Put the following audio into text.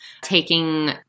taking